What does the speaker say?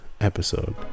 episode